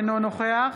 אינו נוכח